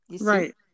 Right